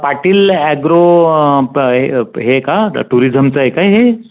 Patil agro प हे हे का टुरिझमचं आहे का हे